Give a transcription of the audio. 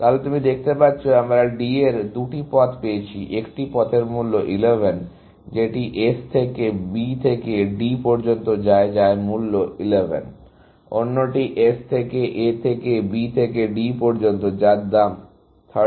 তাহলে তুমি দেখতে পাচ্ছ আমরা D এর দুটি পথ খুঁজে পেয়েছি একটি পথের মূল্য 11 যেটি S থেকে B থেকে D পর্যন্ত যায় যার মূল্য 11 অন্যটি S থেকে A থেকে B থেকে D পর্যন্ত যার দাম 13